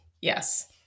Yes